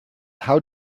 how